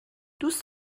دوست